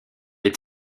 est